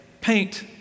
paint